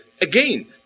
again